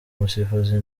umusifuzi